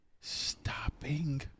Stopping